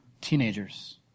teenagers